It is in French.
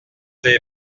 des